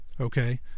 Okay